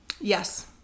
yes